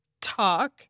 Talk